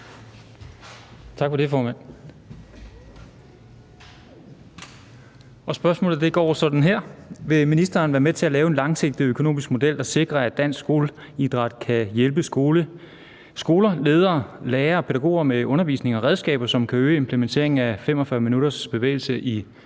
Tak for det, formand. Og spørgsmålet lyder sådan her: Vil ministeren være med til at lave en langsigtet økonomisk model, der sikrer, at Dansk Skoleidræt kan hjælpe skoler, ledere, lærere og pædagoger med undervisning og redskaber, som kan øge implementeringen af 45 minutters bevægelse i